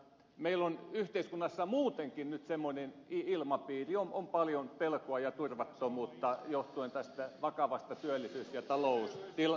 meillä on yhteiskunnassa muutenkin nyt semmoinen ilmapiiri on paljon pelkoa ja turvattomuutta johtuen tästä vakavasta työllisyys ja taloustilanteesta